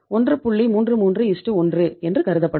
331 என்று கருதப்படும்